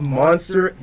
monster